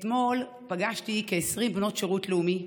אתמול פגשתי כ-20 בנות שירות לאומי,